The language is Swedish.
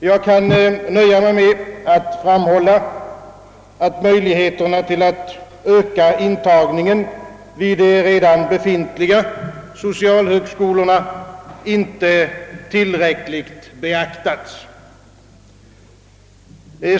Jag kan nöja mig med att framhålla, att möjligheterna att öka intagningen vid de redan befintliga socialhögskolorna inte tillräckligt beaktats.